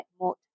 mode